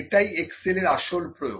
এটাই এক্সেল এর আসল প্রয়োগ